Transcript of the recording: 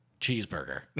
cheeseburger